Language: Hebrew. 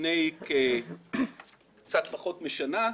לפני קצת פחות משנה,